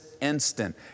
instant